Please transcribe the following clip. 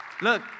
Look